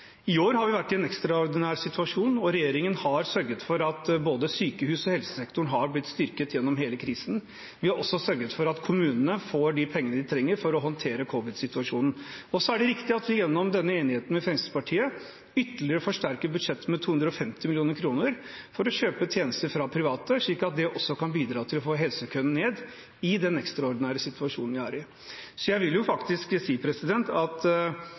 I år har vi vært i en ekstraordinær situasjon, og regjeringen har sørget for at både sykehusene og helsesektoren har blitt styrket gjennom hele krisen. Vi har også sørget for at kommunene får de pengene de trenger for å håndtere covid-situasjonen. Det er riktig at vi gjennom enigheten med Fremskrittspartiet ytterligere forsterker budsjettet med 250 mill. kr for å kjøpe tjenester fra private, slik at det også kan bidra til å få helsekøene ned i den ekstraordinære situasjonen vi er i. Jeg vil faktisk si at når denne regjeringen kan vise til at